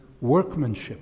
workmanship